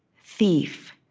thief,